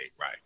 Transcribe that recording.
right